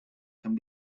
can